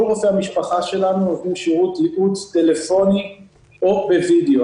כל רופאי המשפחה שלנו עברו לשירות ייעוץ בטלפון או בווידיאו.